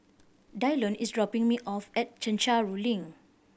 Dylon is dropping me off at Chencharu Link